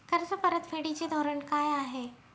कर्ज परतफेडीचे धोरण काय आहे?